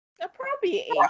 appropriate